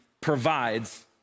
provides